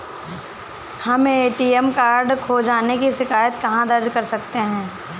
हम ATM card खो जाने की शिकायत कहाँ दर्ज कर सकते हैं?